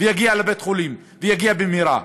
ויגיע לבית-חולים, ויגיע במהרה.